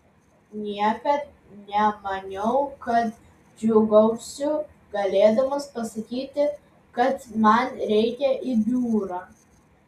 niekad nemaniau kad džiūgausiu galėdamas pasakyti kad man reikia į biurą